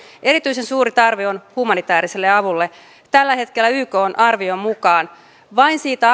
erityisen suuri tarve on humanitääriselle avulle tällä hetkellä ykn arvion mukaan siitä